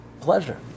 pleasure